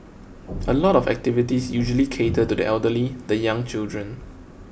a lot of activities usually cater to the elderly the young children